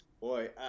Boy